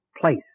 place